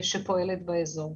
שפועלת באזור.